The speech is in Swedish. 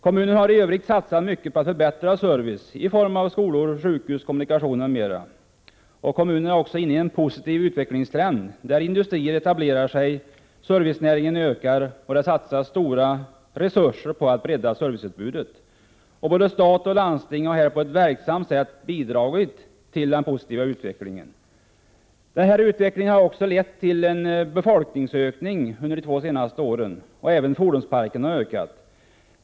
Kommunen har i övrigt satsat mycket på förbättrad service i form av skolor, sjukhus, kommunikationer m.m., och kommunen är också inne i en positiv utveckling där industrier etablerar sig, servicenäringar ökar och stora resurser satsas på att bredda serviceutbudet. Både stat och landsting har på ett verksamt sätt bidragit till den positiva utvecklingen. Utvecklingen har också lett till en befolkningsökning under de senaste två åren. Även fordonsparken har ökat.